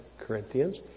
Corinthians